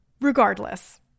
Regardless